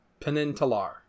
Penintalar